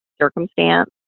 circumstance